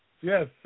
Yes